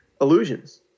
illusions